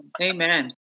Amen